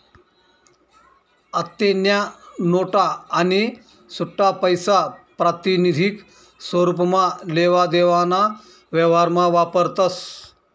आत्तेन्या नोटा आणि सुट्टापैसा प्रातिनिधिक स्वरुपमा लेवा देवाना व्यवहारमा वापरतस